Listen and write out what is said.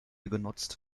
genutzt